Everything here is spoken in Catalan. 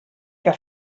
que